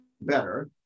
better